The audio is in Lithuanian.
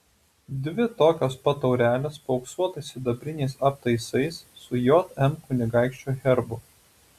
dvi tokios pat taurelės paauksuotais sidabriniais aptaisais su jm kunigaikščio herbu